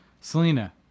Selena